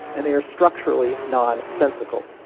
and they are structurally nonsensical.